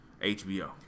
HBO